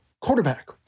quarterback